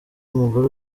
umugore